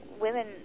women